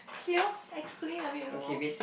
spill explain a bit more